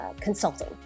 consulting